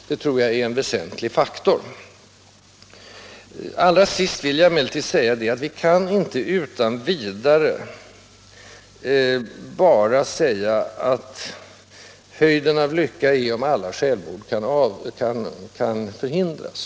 Jag vill emellertid till sist säga att vi inte bara kan säga att allt vore gott och väl om alla självmord förhindrades.